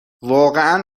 واقعا